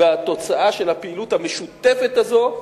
והתוצאה של הפעילות המשותפת הזאת,